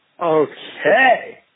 Okay